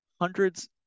hundreds